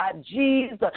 Jesus